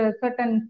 certain